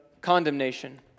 condemnation